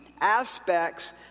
aspects